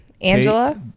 Angela